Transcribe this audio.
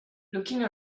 looking